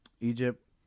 Egypt